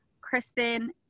Kristen